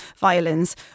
violins